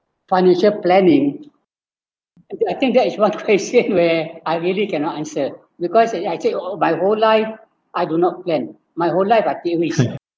financial planning I think that is one question where I really cannot answer because I take all my whole life I do not plan my whole life I take risk